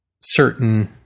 certain